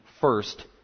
first